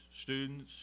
students